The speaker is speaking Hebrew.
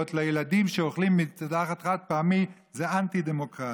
לילדים שאוכלים בצלחת חד-פעמית זה אנטי-דמוקרטי.